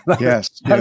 Yes